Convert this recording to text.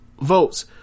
votes